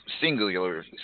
singular